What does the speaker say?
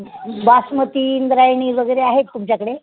बासमती इंद्रायणीवगैरे आहेत तुमच्याकडे